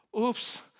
Oops